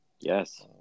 Yes